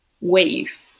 wave